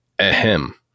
Ahem